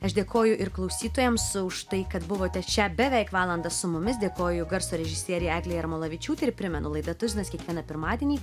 aš dėkoju ir klausytojams už tai kad buvote šią beveik valandą su mumis dėkoju garso režisierei eglei jarmolavičiūtei ir primenu laida tuzinas kiekvieną pirmadienį